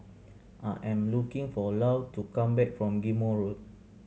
I am waiting for Lou to come back from Ghim Moh Road